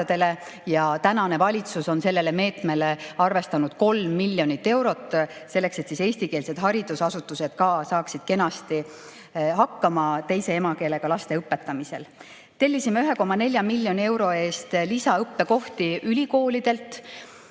ja tänane valitsus on sellele meetmele arvestanud 3 miljonit eurot, selleks et eestikeelsed haridusasutused saaksid kenasti hakkama teise emakeelega laste õpetamisel. Tellisime 1,4 miljoni euro eest lisaõppekohti ülikoolidelt,